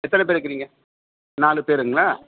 எத்தனை பேர்ருக்கிறீங்க நாலு பேருங்களா